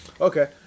okay